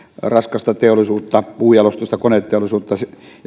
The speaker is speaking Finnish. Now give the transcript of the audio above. raskasta teollisuutta puunjalostusta koneteollisuutta